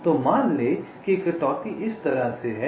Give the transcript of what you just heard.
तो मान लें कि कटौती इस तरह से हैं